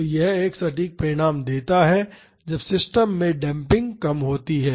तो यह एक सटीक परिणाम देता है जब सिस्टम में डेम्पिंग कम होती है